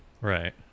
Right